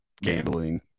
gambling